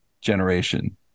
generation